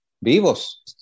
Vivos